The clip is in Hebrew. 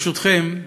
ברשותכם,